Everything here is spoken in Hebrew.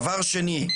דבר שני,